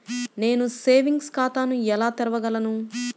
నేను సేవింగ్స్ ఖాతాను ఎలా తెరవగలను?